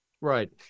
right